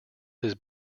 his